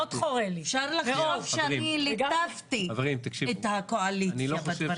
אפשר לחשוב שאני ליטפתי את הקואליציה בדברים שלי.